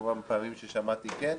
כמו הפעמים ששמעתי כן,